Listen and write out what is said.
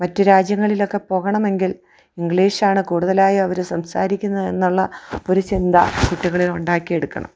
മറ്റു രാജ്യങ്ങളിലൊക്കെ പോകണമെങ്കിൽ ഇംഗ്ലീഷ് ആണ് കൂടുതലായി അവർ സംസാരിക്കുന്നത് എന്നുള്ള ഒരു ചിന്ത കുട്ടികളിൽ ഉണ്ടാക്കി എടുക്കണം